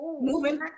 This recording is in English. Moving